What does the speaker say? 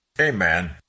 Amen